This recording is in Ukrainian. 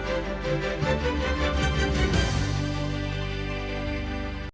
Дякую.